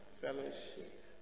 fellowship